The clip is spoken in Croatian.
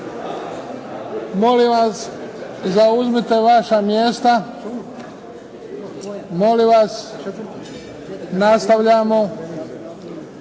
Molim vas, zauzmite vaša mjesta. Molim vas. Nastavljamo.